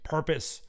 Purpose